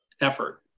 effort